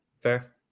fair